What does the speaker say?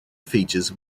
features